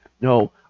No